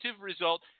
result